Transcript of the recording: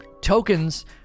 tokens